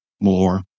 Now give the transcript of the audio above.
more